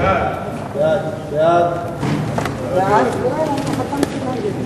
לדיון מוקדם בוועדת העבודה,